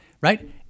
right